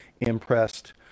impressed